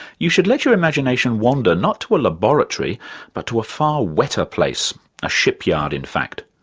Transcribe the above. you should let your imagination wander, not to a laboratory but to ah far wetter place a shipyard, in fact.